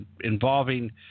involving